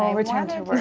ah return to work.